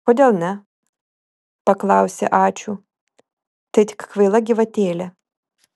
kodėl ne paklausė ačiū tai tik kvaila gyvatėlė